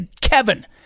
Kevin